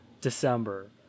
December